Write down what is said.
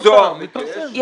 סעיפי דואר, מי שיש לו.